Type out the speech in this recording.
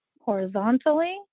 horizontally